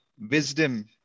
wisdom